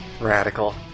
Radical